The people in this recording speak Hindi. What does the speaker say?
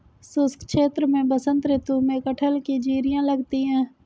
शुष्क क्षेत्र में बसंत ऋतु में कटहल की जिरीयां लगती है